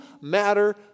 matter